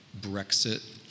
Brexit